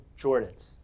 Jordans